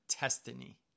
destiny